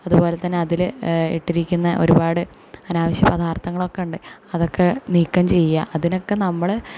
അതുപോലെ തന്നെ അതിൽ ഇട്ടിരിക്കുന്ന ഒരുപാട് അനാവശ്യ പദാർത്ഥങ്ങളൊക്കൊ ഉണ്ട് അതൊക്കെ നീക്കം ചെയ്യാൻ അതിനൊക്കെ നമ്മൾ